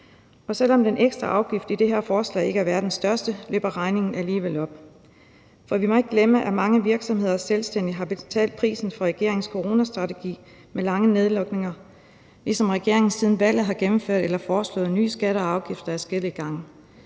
Selv om den ekstra afgift i det her forslag ikke er verdens største, løber regningen alligevel op. For vi må ikke glemme, at mange virksomheder og selvstændige har betalt prisen for regeringens coronastrategi med lange nedlukninger, ligesom regeringen siden valget har gennemført eller foreslået nye skatter og afgifter adskillige gange.